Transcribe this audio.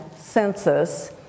census